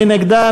מי נגדה?